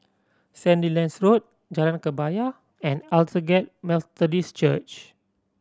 Sandilands Road Jalan Kebaya and Aldersgate Methodist Church